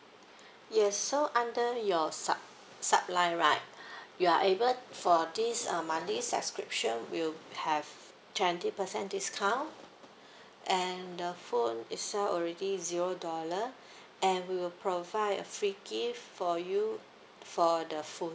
yes so under your subscription subscription line right you are able for this uh monthly subscription will have twenty percent discount and the phone itself already zero dollar and we will provide a free gift for you for the phone